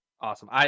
Awesome